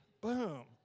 Boom